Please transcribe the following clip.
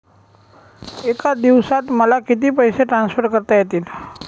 एका दिवसात मला किती पैसे ट्रान्सफर करता येतील?